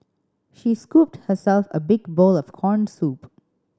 she scooped herself a big bowl of corn soup